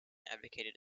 advocated